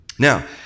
Now